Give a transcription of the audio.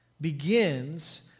begins